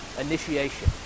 initiation